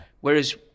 Whereas